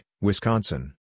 Wisconsin